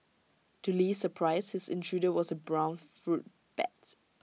to Li's surprise his intruder was A brown fruit bat